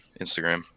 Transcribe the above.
Instagram